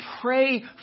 pray